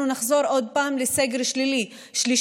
אנחנו נחזור עוד פעם לסגר שלישי.